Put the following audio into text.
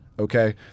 Okay